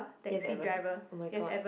ya it ever had oh-my-god